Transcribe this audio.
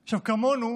עכשיו, כמונו